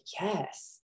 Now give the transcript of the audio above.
yes